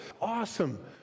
awesome